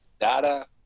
data